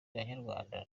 banyarwanda